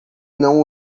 não